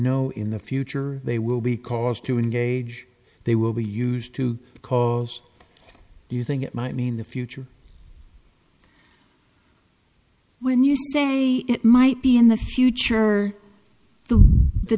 know in the future they will be cause to engage they will be used to cause you think it might mean the future when you say it might be in the future the the